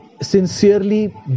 sincerely